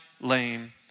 lame